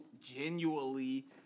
genuinely